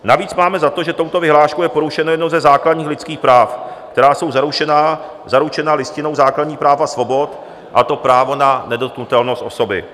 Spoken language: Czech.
Navíc máme za to, že touto vyhláškou je porušeno jedno ze základních lidských práv, která jsou zaručena Listinou základních práv a svobod, a to právo na nedotknutelnost osoby.